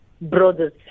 brothers